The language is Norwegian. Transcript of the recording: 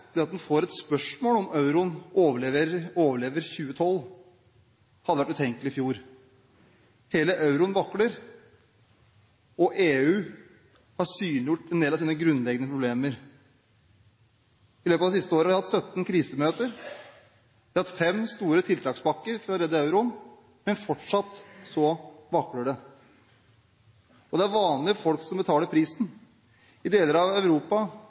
det å få spørsmål om euroen overlever 2012, hadde vært utenkelig i fjor. Hele euroen vakler, og EU har synliggjort en del av sine grunnleggende problemer. I løpet av det siste året har de hatt 17 krisemøter, og de har hatt fem store tiltakspakker for å redde euroen, men fortsatt vakler det. Og det er vanlige folk som betaler prisen. I deler av Europa,